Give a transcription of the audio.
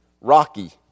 Rocky